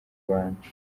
rwanda